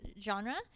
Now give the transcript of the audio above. genre